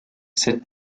cette